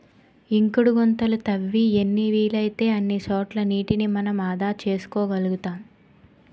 ఇంకుడు గుంతలు తవ్వి ఎన్ని వీలైతే అన్ని చోట్ల నీటిని మనం ఆదా చేసుకోగలుతాం